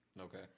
Okay